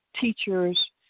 teachers